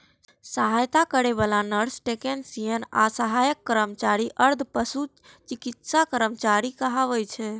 सहायता करै बला नर्स, टेक्नेशियन आ सहायक कर्मचारी अर्ध पशु चिकित्सा कर्मचारी कहाबै छै